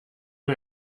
mir